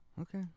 Okay